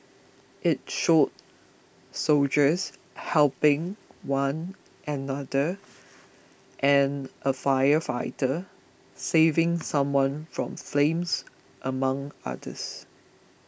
it showed soldiers helping one another and a firefighter saving someone from flames among others